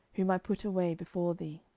whom i put away before thee.